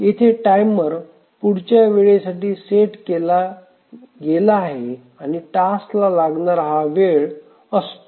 येथे टाईमर पुढच्या वेळेसाठी सेट केला गेला आहे आणि टास्कला लागणारा हा वेळ असतो